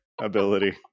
ability